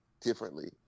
differently